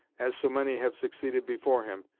as so many have succeeded before him,